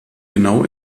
genau